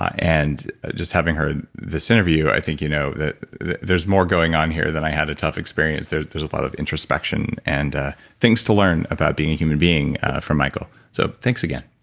and just having heard this interview i think you know that there's more going on here than, i had a tough experience. there's there's a lot of introspection, and ah things to learn about being a human being from michael. so thanks again